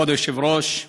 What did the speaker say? כבוד היושב-ראש,